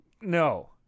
No